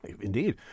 Indeed